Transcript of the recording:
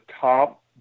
top